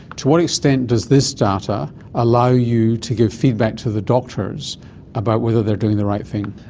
to what extent does this data allow you to give feedback to the doctors about whether they are doing the right thing?